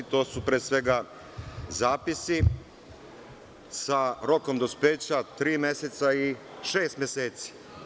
To su, pre svega, zapisi sa rokom dospeća tri meseca i šest meseci.